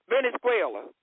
Venezuela